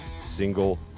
single